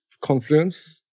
Confluence